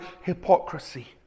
hypocrisy